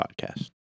podcast